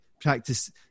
practice